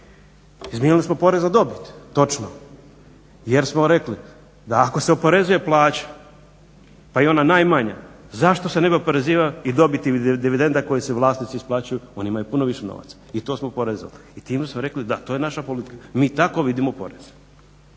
Izmijenili smo porez na dobit, točno. Jer smo rekli, da ako se oporezuje plaća, pa i ona najmanja zašto se ne bi oporezivao i dobit i dividenda koju si vlasnici isplaćuju. Oni imaju puno više novaca. I to smo oporezovali. I time smo rekli da, to je naša politika. Mi tako vidimo poreze.